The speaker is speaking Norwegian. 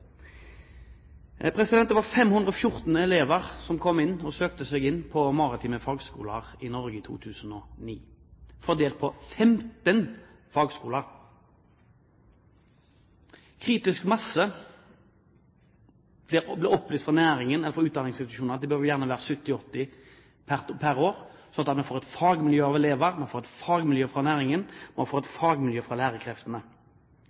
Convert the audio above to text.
Det var 514 elever som søkte og kom inn på maritime fagskoler i Norge i 2009, fordelt på 15 fagskoler – kritisk mange. Det ble opplyst fra utdanningsinstitusjonenes side at det gjerne bør være 70–80 per år, slik at vi får et fagmiljø av elever, et fagmiljø for næringen og et fagmiljø